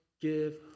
give